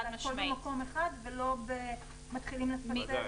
כלומר, הכול במקום אחד ולא מתחילים לערבב.